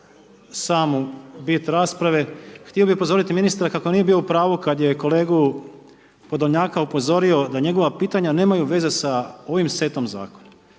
samu bit rasprave, htio bi upozoriti ministra kako nije bio u pravu kad je kolegu Podolnjaka upozorio da njegova pitanja nemaju veze sa ovim setom zakona.